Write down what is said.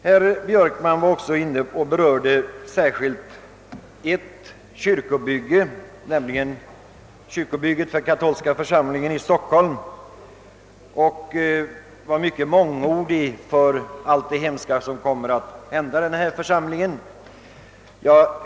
Herr Björkman berörde särskilt ett kyrkobygge, nämligen kyrkobygget för katolska församlingen i Stockholm, och var mycket mångordig om allt det hemska som kommer att hända denna församling.